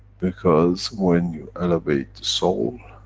because when you elevate the soul,